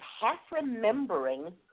half-remembering